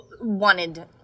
wanted